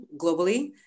globally